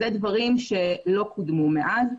אלה דברים שלא קודמו מאז,